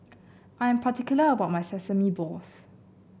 I'm particular about my Sesame Balls